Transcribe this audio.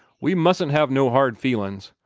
we mustn't have no hard feelin's.